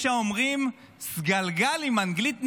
יש אומרים סגלגל, עם אנגלית נפלאה.